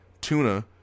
tuna